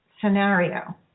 scenario